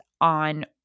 on